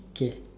okay